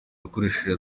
yakoresheje